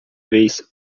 vez